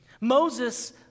Moses